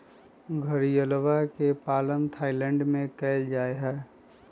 घड़ियलवा के पालन थाईलैंड में कइल जाहई